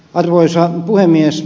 arvoisa puhemies